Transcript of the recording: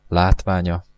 látványa